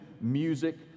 music